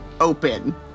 open